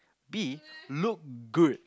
B look look good